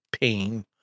pain